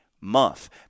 month